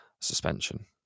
suspension